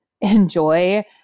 enjoy